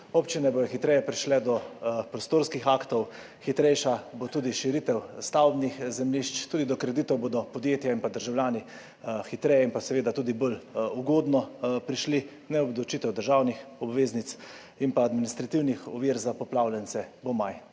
Občine bodo hitreje prišle do prostorskih aktov, hitrejša bo tudi širitev stavbnih zemljišč, tudi do kreditov bodo podjetja in državljani hitreje in seveda tudi bolj ugodno prišli, neobdavčitev državnih obveznic in administrativnih ovir za poplavljence bo manj.